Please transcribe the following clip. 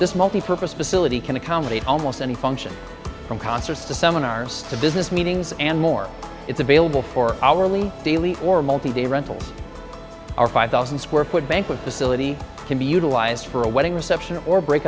this multi purpose facility can accommodate almost any function from concerts to someone hours to business meetings and more it's available for hourly or multi day rental our five thousand square foot banquet facility can be utilized for a wedding reception or break